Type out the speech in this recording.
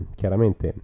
chiaramente